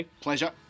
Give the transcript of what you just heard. Pleasure